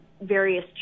various